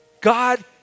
God